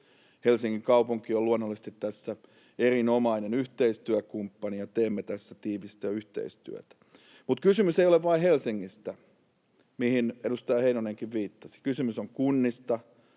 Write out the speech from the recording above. Helsingin kaupunki on luonnollisesti tässä erinomainen yhteistyökumppani, ja teemme tässä tiivistä yhteistyötä. Mutta kysymys ei ole vain Helsingistä, mihin edustaja Heinonenkin viittasi. Kysymys on kunnista,